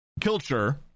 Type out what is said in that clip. Kilcher